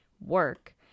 work